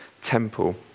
temple